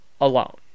Alone